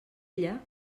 ella